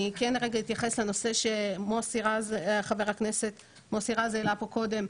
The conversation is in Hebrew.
אני אתייחס לנושא שחבר הכנסת מוסי רז העלה קודם,